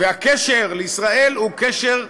והקשר לישראל הוא קשר,